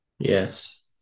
Yes